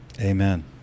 amen